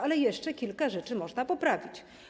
Ale jeszcze kilka rzeczy można poprawić.